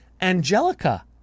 Angelica